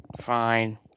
Fine